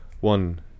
one